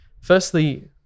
Firstly